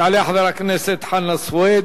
יעלה חבר הכנסת חנא סוייד,